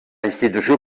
institució